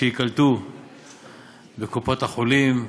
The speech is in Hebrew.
שייקלטו בקופות-החולים.